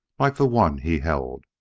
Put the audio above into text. like the one he held.